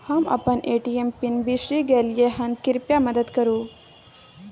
हम अपन ATM PIN बिसरि गलियै हन, कृपया मदद करु